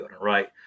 right